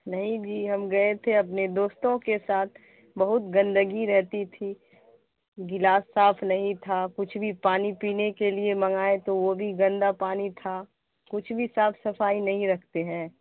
نہیں جی ہم گئے تھے اپنے دوستوں کے ساتھ بہت گندگی رہتی تھی گلاس صاف نہیں تھا کچھ بھی پانی پینے کے لیے منگائیں تو وہ بھی گندہ پانی تھا کچھ بھی صاف صفائی نہیں رکھتے ہیں